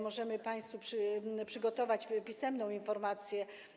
Możemy państwu przygotować pisemną informację.